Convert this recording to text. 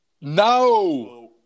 No